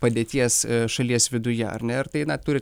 padėties šalies viduje ar ne ir tai na turi